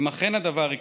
אם אכן הדבר יקרה,